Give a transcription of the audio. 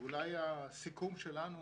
אולי הסיכום שלנו